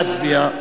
נא להצביע.